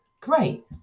Great